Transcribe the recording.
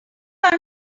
found